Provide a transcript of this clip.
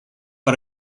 but